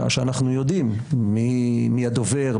שעה שאנחנו יודעים מי הדובר,